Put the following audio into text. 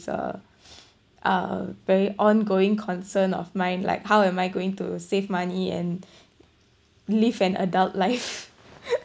a uh very ongoing concern of mine like how am I going to save money and live an adult life